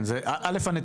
ולכן מטרתנו